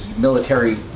military